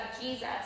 Jesus